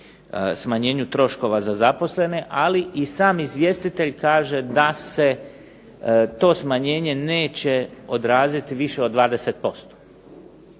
smanjenju troškova za zaposlene, ali i sam izvjestitelj kaže da se to smanjenje neće odraziti više od 20%.